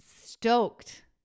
stoked